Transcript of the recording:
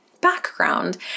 Background